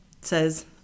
says